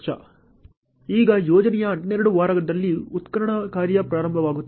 ಈಗ ಯೋಜನೆಯ 12 ನೇ ವಾರದಲ್ಲಿ ಉತ್ಖನನ ಕಾರ್ಯ ಪ್ರಾರಂಭವಾಗುತ್ತಿದೆ